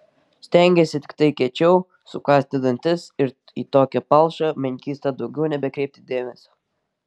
stengiesi tiktai kiečiau sukąsti dantis ir į tokią palšą menkystą daugiau nebekreipti dėmesio